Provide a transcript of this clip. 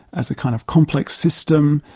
as a kind of complex system,